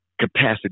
capacity